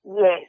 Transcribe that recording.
Yes